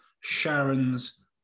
Sharon's